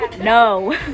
no